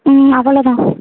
ம் அவ்வளோ தான்